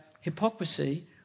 hypocrisy